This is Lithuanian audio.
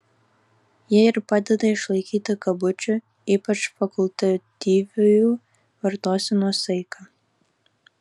ji ir padeda išlaikyti kabučių ypač fakultatyviųjų vartosenos saiką